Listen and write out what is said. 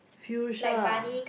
Fuchsia ah